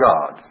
God